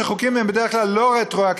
אף שחוקים הם בדרך כלל לא רטרואקטיביים,